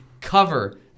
cover